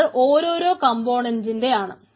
അത് ഓരോരോ കംപോണന്റിന്റെ ആണ്